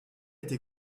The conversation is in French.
été